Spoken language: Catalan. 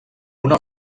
una